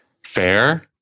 fair